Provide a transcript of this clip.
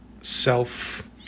self